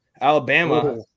Alabama –